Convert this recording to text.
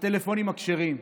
הטלפונים הכשרים.